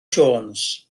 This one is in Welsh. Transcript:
jones